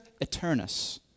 Eternus